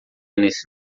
nesse